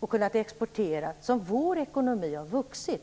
och kunnat exportera som vår ekonomi har vuxit.